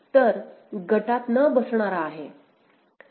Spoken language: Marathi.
तर गटात न बसणारा आहे